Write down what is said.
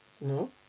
No